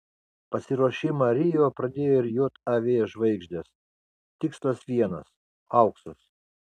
pasiruošimą rio pradėjo ir jav žvaigždės tikslas vienas auksas